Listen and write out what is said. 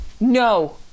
No